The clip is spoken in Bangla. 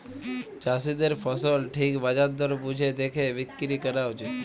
চাষীদের ফসল ঠিক বাজার দর বুঝে দ্যাখে বিক্রি ক্যরা উচিত